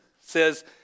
says